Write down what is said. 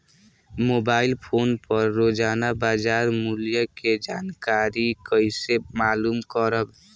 Mobile phone पर रोजाना बाजार मूल्य के जानकारी कइसे मालूम करब?